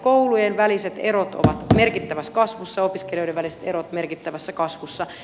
koulujen väliset erot ovat merkittävässä kasvussa opiskelijoiden väliset erot merkittävässä kasvussa